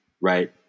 right